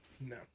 No